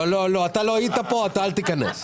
לא, לא, אתה לא היית פה, אל תיכנס לזה.